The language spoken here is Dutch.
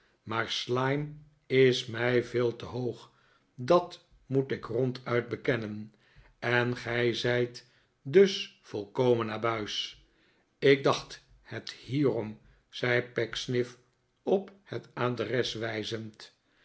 maar slyme is mij veel te hoog dat moet ik ronduit bekennen en gij zijt dus volkomen abuis ik dacht het hierom zei pecksniff op het adres wijzend